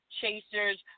chasers